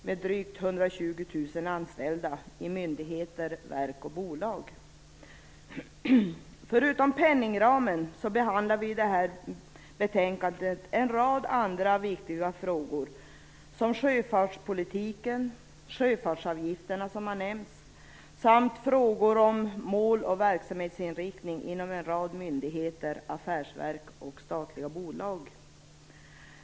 Det handlar om drygt Förutom penningramen behandlar vi i det här betänkandet en rad andra viktiga frågor som sjöfartspolitiken, sjöfartsavgifterna, som har nämnts, samt frågor om mål och verksamhetsinriktning inom en rad myndigheter, affärsverk och statliga bolag.